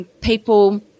people